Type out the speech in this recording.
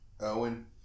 Owen